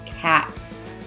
caps